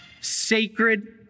Sacred